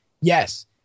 yes